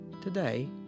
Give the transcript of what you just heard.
Today